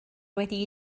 wedi